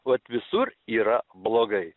vat visur yra blogai